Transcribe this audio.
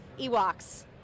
Ewoks